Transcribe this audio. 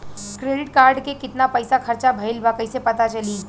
Credit card के कितना पइसा खर्चा भईल बा कैसे पता चली?